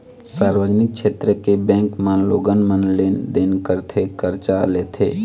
सार्वजनिक छेत्र के बेंक म लोगन मन लेन देन करथे, करजा लेथे